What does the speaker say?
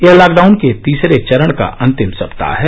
यह लॉकडाउन के तीसरे चरण का अंतिम सप्ताह है